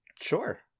Sure